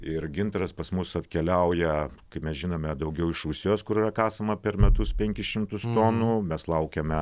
ir gintaras pas mus atkeliauja kai mes žinome daugiau iš rusijos kur yra kasama per metus penkis šimtus tonų laukiame